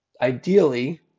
ideally